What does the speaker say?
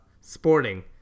Sporting